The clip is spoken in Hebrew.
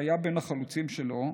שהוא היה מהחלוצים שלו,